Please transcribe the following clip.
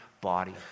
body